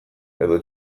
edo